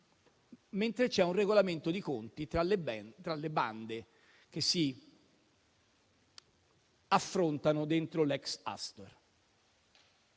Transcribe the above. mentre c'è un regolamento di conti tra le bande che si affrontano dentro l'ex Astor.